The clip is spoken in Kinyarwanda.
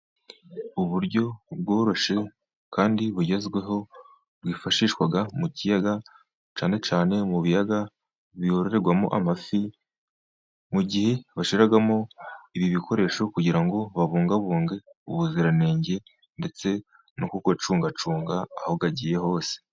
Uburyo bworoshye kandi bugezweho bwifashishwa mu kiyaga cyane cyane mu biyaga byororerwamo amafi, mu gihe bashiramo ibi bikoresho kugira ngo babungabunge ubuziranenge, ndetse no kuyacungacunga aho bagiye hose.